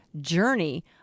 journey